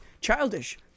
childish